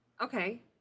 Okay